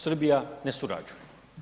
Srbija ne surađuje.